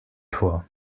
tor